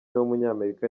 w’umunyamerika